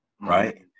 Right